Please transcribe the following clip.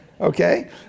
Okay